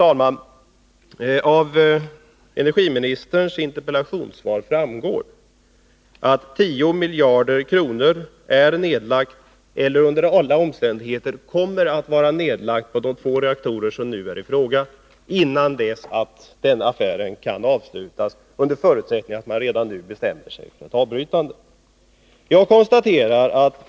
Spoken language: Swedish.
Av energiministerns interpellationssvar framgår att 10 miljarder kronor är nedlagda eller under alla omständigheter kommer att vara nedlagda på de två reaktorer som nu diskuteras innan affären kan avslutas, under förutsättning att man redan nu bestämmer sig för ett avbrytande.